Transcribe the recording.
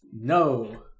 No